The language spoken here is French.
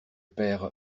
père